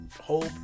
hope